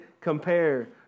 compare